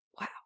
Wow